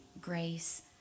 grace